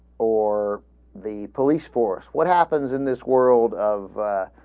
or the police force what happens in this world of